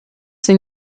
sind